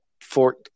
fort